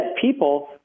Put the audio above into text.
people